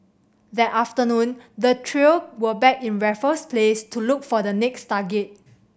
that afternoon the trio were back in Raffles Place to look for the next target